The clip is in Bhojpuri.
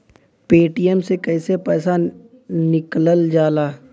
पेटीएम से कैसे पैसा निकलल जाला?